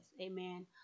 Amen